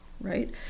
right